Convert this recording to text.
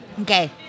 Okay